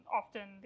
often